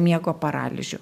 miego paralyžių